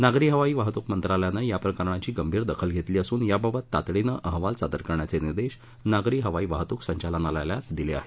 नागरी हवाई वाहतूक मंत्रालयानं या प्रकरणाची गंभीर दखल घेतली असून याबाबत तातडीनं अहवाल सादर करण्याचे निर्देश नागरी हवाई वाहतूक संचालनालयाला दिले आहेत